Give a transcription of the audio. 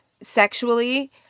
sexually